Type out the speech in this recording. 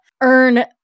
earn